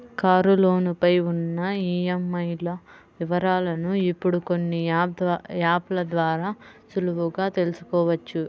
కారులోను పై ఉన్న ఈఎంఐల వివరాలను ఇప్పుడు కొన్ని యాప్ ల ద్వారా సులువుగా తెల్సుకోవచ్చు